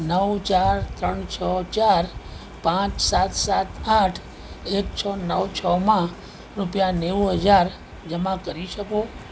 નવ ચાર ત્રણ છો ચાર પાંચ સાત સાત આઠ એક છ નવ છમાં રૂપિયા નેવું હજાર જમા કરી શકો